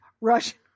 Russian